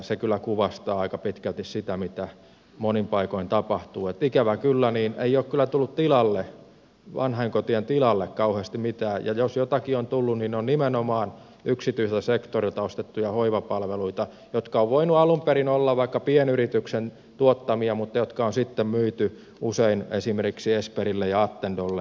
se kyllä kuvastaa aika pitkälti sitä mitä monin paikoin tapahtuu että ikävä kyllä ei ole tullut vanhainkotien tilalle kauheasti mitään ja jos jotakin on tullut niin ne ovat nimenomaan yksityiseltä sektorilta ostettuja hoivapalveluita jotka ovat voineet alun perin olla vaikka pienyrityksen tuottamia mutta jotka on sitten myyty usein esimerkiksi esperille ja attendolle